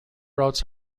routes